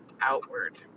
outward